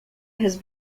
has